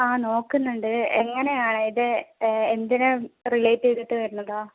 ആ നോക്കുന്നുണ്ട് ഇത് എങ്ങനെയാണ് ഇത് എന്തിനെ റിലേറ്റ് ചെയ്തിട്ട് വരുന്നതാണ്